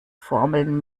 formeln